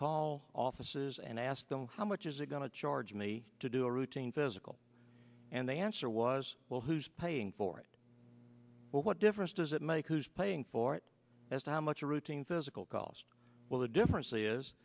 call offices and ask them how much is it going to charge me to do a routine physical and the answer was well who's paying for it what difference does it make who's paying for it as to how much a routine physical cost will the difference is